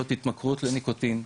זאת התמכרות לניקוטין,